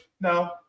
No